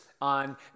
on